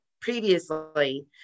previously